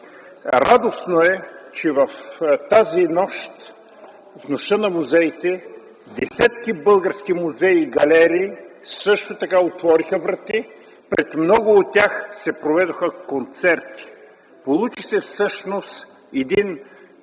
Радостно е, че в тази нощ - Нощта на музеите, десетки български музеи и галерии също отвориха врати. Пред много от тях се проведоха концерти. Получи се всъщност една вечер